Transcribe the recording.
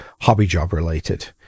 hobby-job-related